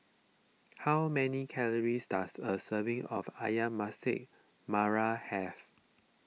how many calories does a serving of Ayam Masak Merah have